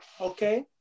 Okay